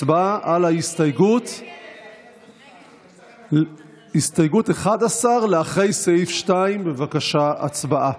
הצבעה על ההסתייגות 11 אחרי סעיף 2, בבקשה הצבעה.